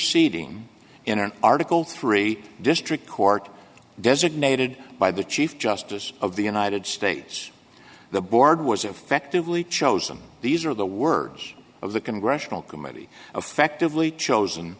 ding in an article three district court designated by the chief justice of the united states the board was effectively chosen these are the words of the congressional committee affectively chosen